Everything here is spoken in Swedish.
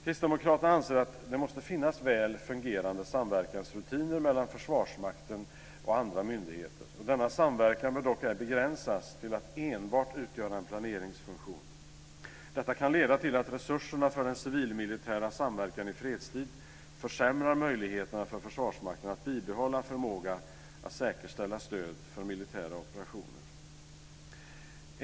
Kristdemokraterna anser att det måste finnas väl fungerande samverkansrutiner mellan Försvarsmakten och andra myndigheter. Denna samverkan bör dock ej begränsas till att enbart utgöra en planeringsfunktion. Detta kan leda till att resurserna för den civil-militära samverkan i fredstid försämrar möjligheterna för Försvarsmakten att bibehålla förmåga att säkerställa stöd för militära operationer.